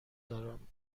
دارم